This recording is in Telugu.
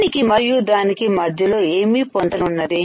దీనికి మరియు దానికి మధ్యలో ఏమీ పొంతన ఉన్నది